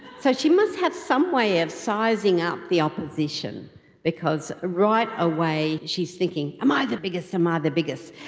so she must have some way of sizing up the opposition because right away she is thinking am i the biggest, am i the biggest?